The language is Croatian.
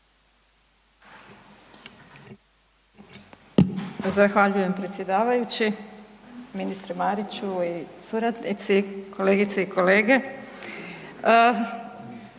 Zahvaljujem predsjedavajući, ministre Mariću i suradnici, kolegice i kolege.